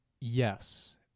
yes